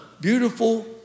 beautiful